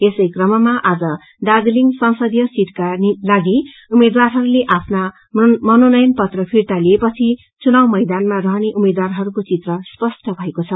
यसै क्रममा आज दाज्रीलिङ संसदीय सीटका लागि उम्मेद्वारहरूले आफ्नो मनोनयन पत्र फिर्ता लिएपछि चुनाव मैदानमा रहने उम्मेद्वारहरूको चित्र स्पष्ट भएको छ